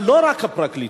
אבל לא רק הפרקליטות,